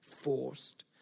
Forced